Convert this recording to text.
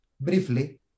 Briefly